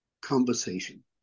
conversation